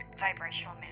Vibrational